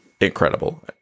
incredible